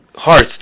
hearts